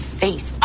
face